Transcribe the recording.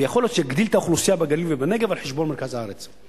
ויכול להיות שהוא יגדיל את האוכלוסייה בגליל ובנגב על חשבון מרכז הארץ.